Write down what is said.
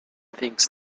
things